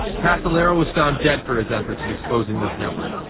casolaro was found dead for his efforts in exposing this network.